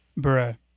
Bruh